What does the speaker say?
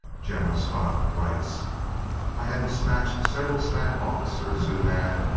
general scott writes i had despatched several staff officers who had,